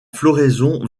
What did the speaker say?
floraison